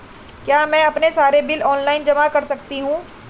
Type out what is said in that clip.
क्या मैं अपने सारे बिल ऑनलाइन जमा कर सकती हूँ?